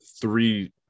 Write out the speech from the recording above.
three